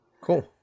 Cool